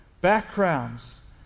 backgrounds